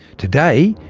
today,